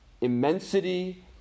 immensity